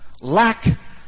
lack